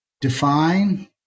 define